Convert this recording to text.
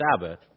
Sabbath